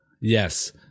Yes